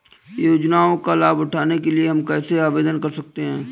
योजनाओं का लाभ उठाने के लिए हम कैसे आवेदन कर सकते हैं?